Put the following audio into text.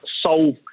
solve